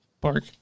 Park